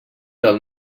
del